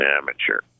amateur